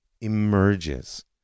emerges